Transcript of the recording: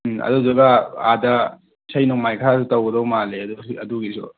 ꯎꯝ ꯑꯗꯨꯗꯨꯒ ꯑꯥꯗ ꯏꯁꯩ ꯅꯣꯡꯃꯥꯏ ꯈꯔ ꯇꯧꯒꯗꯧ ꯃꯥꯟꯂꯦ ꯑꯗꯨ ꯍꯨꯖꯤꯛ ꯑꯗꯨꯒꯤꯁꯨ